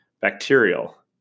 bacterial